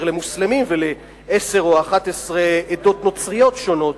למוסלמים ולעשר או 11 עדות נוצריות שונות.